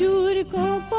political